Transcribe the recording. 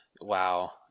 wow